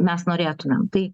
mes norėtumėm tai